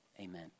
Amen